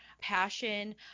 passion